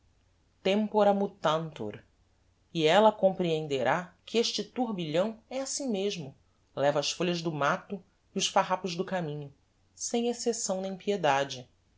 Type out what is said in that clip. tempora mutantur e ella comprehenderá que este turbilhão é assim mesmo leva as folhas do mato e os farrapos do caminho sem excepção nem piedade